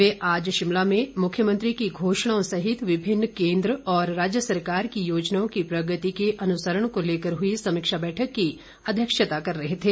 वे आज शिमला में मुख्यमंत्री की घोषणाओं सहित विभिन्न केंद्र व राज्य सरकार की योजनाओं की प्रगति के अनुसंरण को लेकर हुई समीक्षा बैठक की अध्यक्षता कर रहे थे